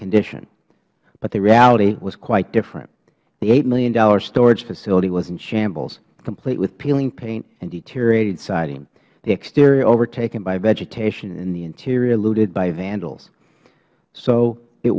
condition but the reality was quite different the eight dollars million storage facility was in shambles complete with peeling paint and deteriorated siding the exterior overtaken by vegetation and the interior looted by vandals so it